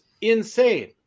insane